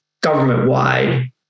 government-wide